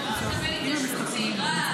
לגבי התיישבות צעירה,